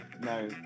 no